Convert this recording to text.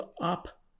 up